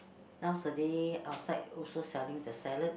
nowadays outside also selling the salad